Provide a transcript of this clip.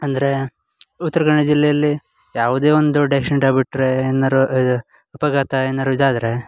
ಅಂದರೆ ಉತ್ತರ ಕನ್ನಡ ಜಿಲ್ಲೆಯಲ್ಲಿ ಯಾವುದೇ ಒಂದು ದೊಡ್ಡ ಆ್ಯಕ್ಶಿಡೆಂಟ್ ಆಗಿಬಿಟ್ರೆ ಏನಾದ್ರೂ ಇದು ಅಪಘಾತ ಏನಾದ್ರೂ ಇದಾದರೆ